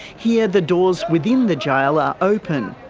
here the doors within the jail are open,